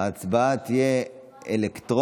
אינה נוכחת,